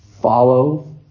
Follow